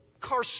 car